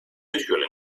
usually